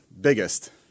Biggest